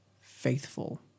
faithful